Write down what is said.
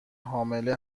حامله